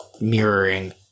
mirroring